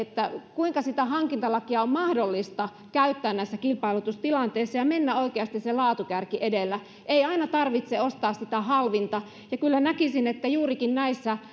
kuinka sitä hankintalakia on mahdollista käyttää näissä kilpailutustilanteissa ja mennä oikeasti se laatukärki edellä ei aina tarvitse ostaa sitä halvinta ja kyllä näkisin että juurikin näissä